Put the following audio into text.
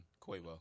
Quavo